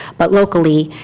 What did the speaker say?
but locally